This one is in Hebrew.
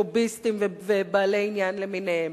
לוביסטים ובעלי עניין למיניהם.